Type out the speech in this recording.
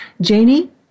Janie